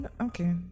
okay